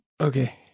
Okay